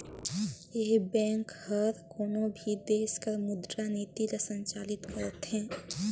ए bank हर कोनो भी देस कर मुद्रा नीति ल संचालित करथे